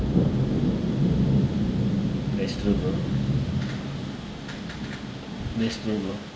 that's true bro that's true bro